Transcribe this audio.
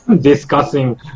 discussing